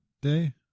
day